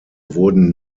wurden